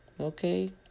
Okay